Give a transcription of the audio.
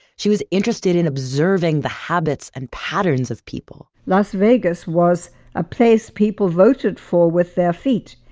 she was interested in observing the habits and patterns of people las vegas was a place people voted for with their feet.